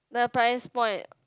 the price point